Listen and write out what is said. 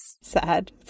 Sad